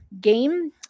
game